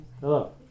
Hello